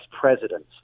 presidents